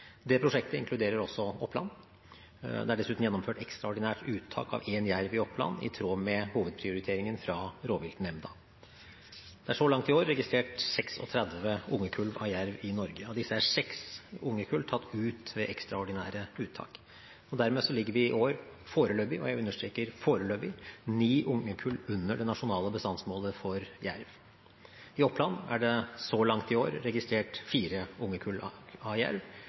Det prosjektet inkluderer også Oppland. Det er dessuten gjennomført ekstraordinært uttak av én jerv i Oppland, i tråd med hovedprioriteringen fra rovviltnemnda. Det er så langt i år registrert 36 ungekull av jerv i Norge. Av disse er seks ungekull tatt ut ved ekstraordinære uttak. Dermed ligger vi i år foreløpig – og jeg understreker foreløpig – ni ungekull under det nasjonale bestandsmålet for jerv. I Oppland er det så langt i år registrert fire